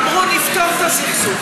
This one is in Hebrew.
אמרו: נפתור את הסכסוך.